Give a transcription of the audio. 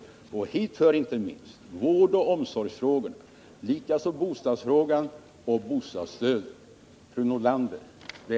Dit hör inte minst vårdoch omsorgsfrågorna, likaså bostadsfrågan och bostadsstödet.